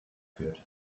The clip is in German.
führt